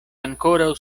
ankoraŭ